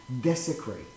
desecrate